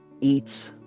eats